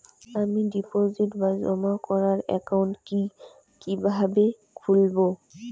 আমি ডিপোজিট বা জমা করার একাউন্ট কি কিভাবে খুলবো?